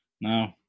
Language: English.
No